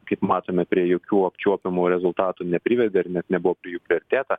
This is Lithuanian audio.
kaip matome prie jokių apčiuopiamų rezultatų neprivedė ar net nebuvo prie jų priartėta